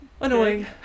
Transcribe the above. Annoying